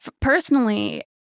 Personally